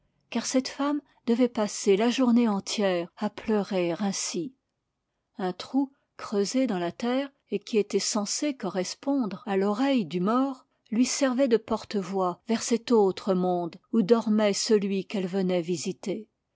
car cette femme devait passer la journée entière à pleurer ainsi un trou creusé dans la terre et qui était censé correspondre à l'oreille du mort lui servait de porte-voix vers cet autre monde où dormait celui qu'elle venait visiter